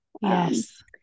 yes